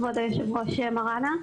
כבוד יושבת-הראש מראענה.